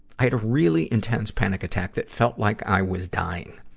i had a really intense panic attack that felt like i was dying.